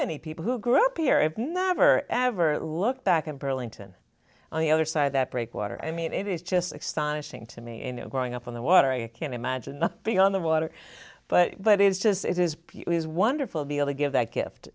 many people who grew up here i've never ever looked back in burlington on the other side of that break water i mean it is just exciting to me you know growing up on the water i can't imagine not being on the water but but is just it is as wonderful be able to give that gift